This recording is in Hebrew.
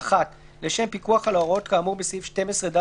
(1) לשם פיקוח על ההוראות כאמור בסעיף 12ד,